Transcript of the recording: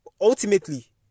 Ultimately